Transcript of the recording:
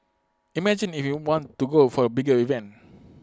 imagine if you want to go for A bigger event